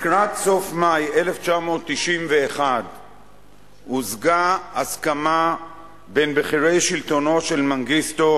לקראת סוף מאי 1991 הושגה הסכמה בין בכירי שלטונו של מנגיסטו